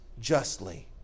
justly